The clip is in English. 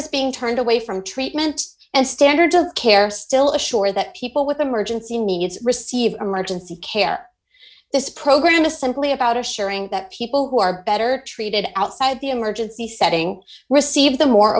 is being turned away from treatment and standard of care still assure that people with emergency needs receive emergency care this program is simply about assuring that people who are better treated outside the emergency setting receive the more